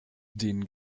den